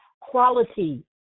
Quality